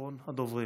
אחרון הדוברים.